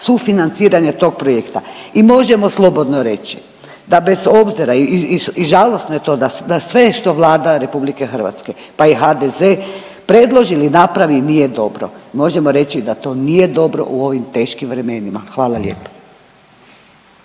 sufinanciranja tog projekta. I možemo slobodno reći da bez obzira i žalosno je to da sve što Vlada RH pa i HDZ predloži ili napravi nije dobro, možemo reći da to nije dobro u ovim teškim vremenima. Hvala lijepo.